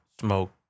smoke